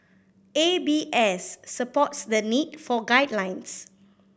A B S supports the need for guidelines